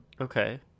Okay